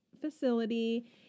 facility